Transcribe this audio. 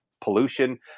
pollution